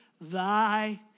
thy